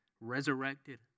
resurrected